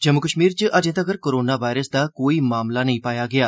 जम्मू कश्मीर च अर्जे तक्कर कोरोना वायरस दा कोई मामला नेंई पाया गेया